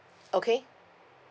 okay